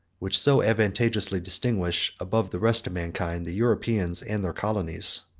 which so advantageously distinguish, above the rest of mankind, the europeans and their colonies.